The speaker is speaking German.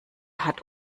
hat